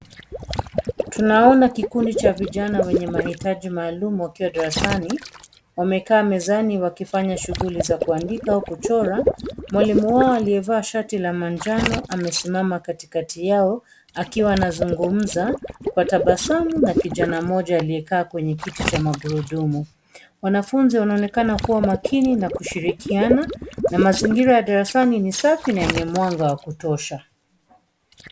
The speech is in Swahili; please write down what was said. Tunaona kikundi cha vijana wenye mahitaji maalumu wakiwa darasani, wamekaa mezani wakifanya shughuli za kuandika au kuchora .Mwalimu wao, aliyevaa shati la manjano amesimama katikati yao, Akiwa anazungumza kwa tabasamu na kijana mmoja aliyekaa kwenye kiti cha magurudumu. Wanafunzi wanaonekana kuwa makini na kushirikiana, na mazingira ya darasani ni safi na yenye mwanga wa kutosha.